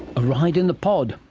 a ride in the pod.